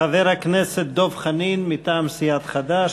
חבר הכנסת דב חנין מטעם סיעת חד"ש.